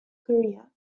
korea